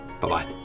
Bye-bye